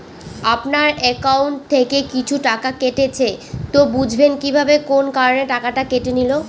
আপনার একাউন্ট থেকে কিছু টাকা কেটেছে তো বুঝবেন কিভাবে কোন কারণে টাকাটা কেটে নিল?